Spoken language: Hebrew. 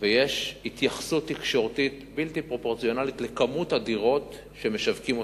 ויש התייחסות תקשורתית בלתי פרופורציונלית למספר הדירות שמשווקים בחוץ.